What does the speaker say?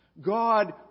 God